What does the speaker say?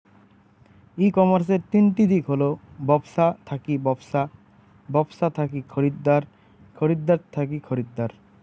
ই কমার্সের তিনটি দিক হল ব্যবছা থাকি ব্যবছা, ব্যবছা থাকি খরিদ্দার, খরিদ্দার থাকি খরিদ্দার